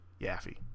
yaffe